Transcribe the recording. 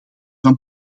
van